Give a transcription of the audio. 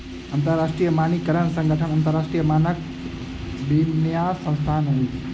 अंतरराष्ट्रीय मानकीकरण संगठन अन्तरराष्ट्रीय मानकक विन्यास संस्थान अछि